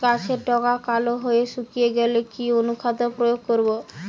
গাছের ডগা কালো হয়ে শুকিয়ে গেলে কি অনুখাদ্য প্রয়োগ করব?